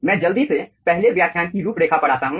मैं जल्दी से पहले व्याख्यान की रूपरेखा पर आता हूं